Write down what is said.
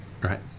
right